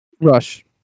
Rush